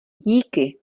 díky